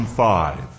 five